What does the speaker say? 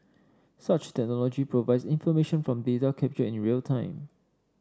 such technology provides information from data captured in real time